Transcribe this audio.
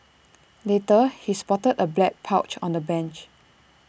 later he spotted A black pouch on the bench